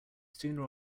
sooner